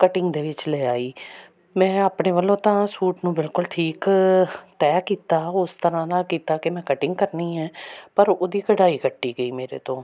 cutting ਦੇ ਵਿੱਚ ਲੈ ਆਈ ਮੈਂ ਆਪਣੇ ਵੱਲੋਂ ਤਾਂ ਸੂਟ ਨੂੰ ਬਿਲਕੁਲ ਠੀਕ ਤਹਿ ਕੀਤਾ ਉਸ ਤਰ੍ਹਾਂ ਨਾਲ ਕੀਤਾ ਕਿ ਮੈਂ ਕਟਿੰਗ ਕਰਨੀ ਹੈ ਪਰ ਉਹਦੀ ਕਢਾਈ ਕੱਟੀ ਗਈ ਮੇਰੇ ਤੋਂ